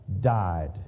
died